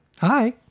Hi